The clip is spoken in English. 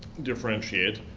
differentiate,